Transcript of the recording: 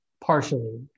partially